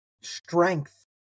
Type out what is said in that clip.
strength